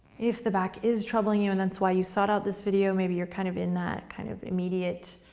if the back is troubling you and that's why you sought out this video, maybe you're kind of in that kind of immediate,